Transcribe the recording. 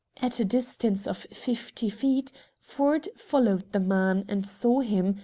at a distance of fifty feet ford followed the man, and saw him,